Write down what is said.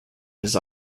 his